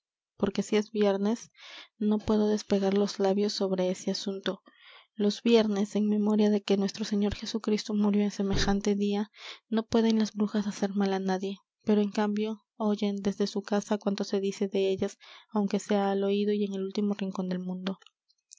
porque si es viernes no puedo despegar los labios sobre ese asunto los viernes en memoria de que nuestro señor jesucristo murió en semejante día no pueden las brujas hacer mal á nadie pero en cambio oyen desde su casa cuanto se dice de ellas aunque sea al oído y en el último rincón del mundo